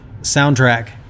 soundtrack